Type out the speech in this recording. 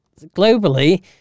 Globally